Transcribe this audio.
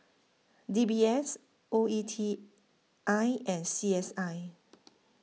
D B S O E T I and C S I